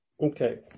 Okay